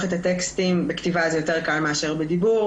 את הטקסטים בכתיבה זה יותר קל מאשר בדיבור